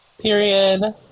Period